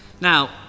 Now